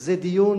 זה דיון